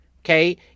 okay